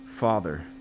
father